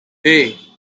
hey